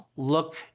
look